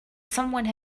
someone